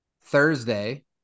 Thursday